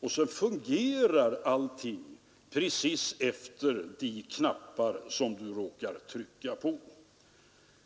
Och så fungerar allting precis efter de knappar som du trycker på.